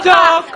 לא לצעוק.